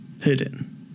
Hidden